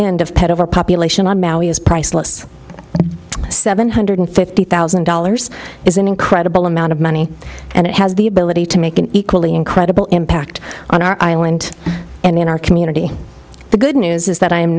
end of pet overpopulation on maui is priceless seven hundred fifty thousand dollars is an incredible amount of money and it has the ability to make an equally incredible impact on our island and in our community the good news is that i